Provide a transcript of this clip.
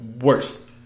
Worse